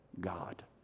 God